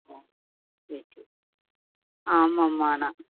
ம் ஓ சரி சரி ஆமாம்மா நான்